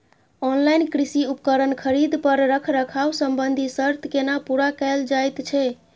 Online कृषि उपकरण खरीद पर रखरखाव संबंधी सर्त केना पूरा कैल जायत छै?